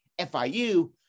FIU